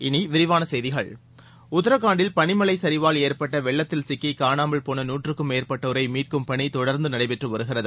இனி விரிவான செய்திகள் உத்தராகண்டில் பனி மலை சரிவால் ஏற்பட்ட வெள்ளத்தில் சிக்கி காணாமல் போன நூற்றுக்கும் மேற்பட்டோரை மீட்கும் பணி தொடர்ந்து நடைபெற்று வருகிறது